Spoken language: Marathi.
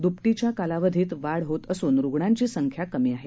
द्पटीच्या कालावधीत वाढ होत असून रुग्णांची संख्या कमी आहे